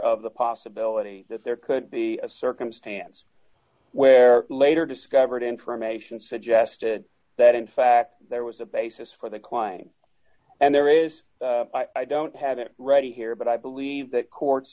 of the possibility that there could be a circumstance where later discovered information suggested that d in fact there was a basis for the client and there is i don't have it ready here but i believe that courts